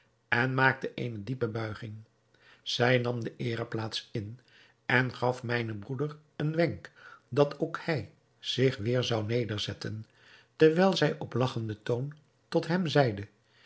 en maakte eene diepe buiging zij nam de eereplaats in en gaf mijnen broeder een wenk dat ook hij zich weêr zou nederzetten terwijl zij op lagchenden toon tot hem zeide